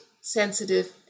sensitive